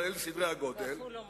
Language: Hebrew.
אבל אלה סדרי הגודל ואף הוא לא מלא.